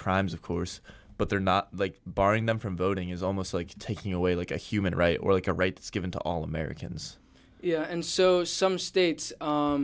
crimes of course but they're not like barring them from voting is almost like taking away like a human rights or like a rights given to all americans you know and so some states so